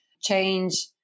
change